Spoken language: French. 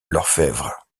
l’orphebvre